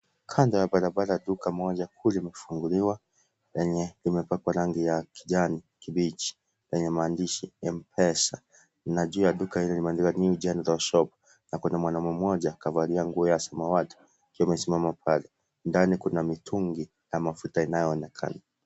Kando ya barabara duka kuu limefunguliwalenye limepakwa rangi ya kijani kibichi lenye maandishi ya Mpesa na juu limeandikwa New general shop na kuna mwanamume mmoja aliyevaa nguo ya samawati na ndani kuna mitungi.